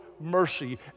mercy